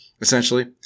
essentially